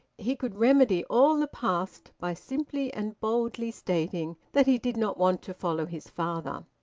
he could remedy all the past by simply and boldly stating that he did not want to follow his father.